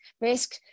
risk